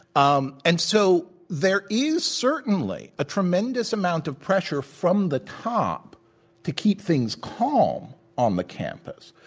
um and so there is certainly a tremendous amount of pressure from the top to keep things calm on the campus.